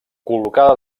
col·locada